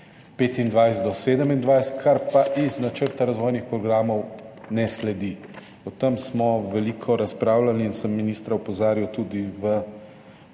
2025 do 2027, kar pa iz načrta razvojnih programov ne sledi. O tem smo veliko razpravljali in sem ministra opozarjal tudi v